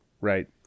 Right